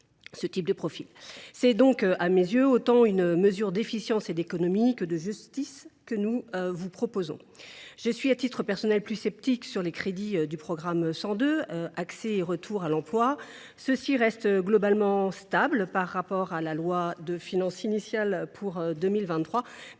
ce type de profils. C’est donc à mes yeux autant une mesure d’efficience et d’économies qu’une mesure de justice que nous vous proposons. Je suis, à titre personnel, plus sceptique quant aux crédits du programme 102, « Accès et retour à l’emploi ». Ces crédits restent globalement stables par rapport à la loi de finances initiale pour 2023,